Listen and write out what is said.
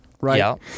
right